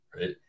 right